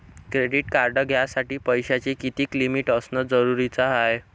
Credit card घ्यासाठी पैशाची कितीक लिमिट असनं जरुरीच हाय?